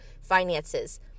finances